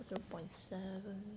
zero point seven